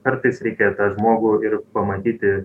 kartais reikia tą žmogų ir pamatyti